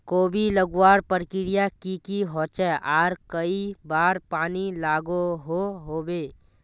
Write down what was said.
कोबी लगवार प्रक्रिया की की होचे आर कई बार पानी लागोहो होबे?